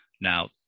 now